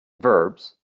verbs